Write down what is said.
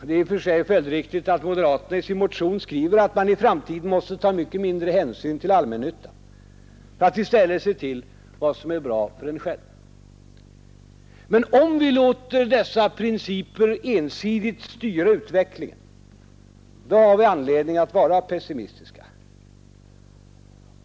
Det är i och för sig följdriktigt att moderaterna i sin motion skriver att man i framtiden måste ta mycket mindre hänsyn till allmännyttan för att i stället se till vad som är bra för en själv. Men om vi låter dessa principer ensidigt styra utvecklingen, då har vi anledning att vara pessimistiska.